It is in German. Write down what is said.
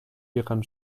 hieran